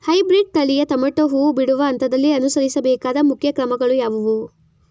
Hybrid ತಳಿಯ tomato ಹೂ ಬಿಡುವ ಹಂತದಲ್ಲಿ ಅನುಸರಿಸಬೇಕಾದ ಮುಖ್ಯ ಕ್ರಮಗಳು ಯಾವುವು?